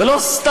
זה לא סתם,